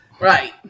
Right